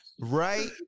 Right